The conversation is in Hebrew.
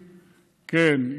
כן,